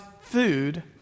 food